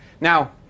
Now